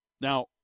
Now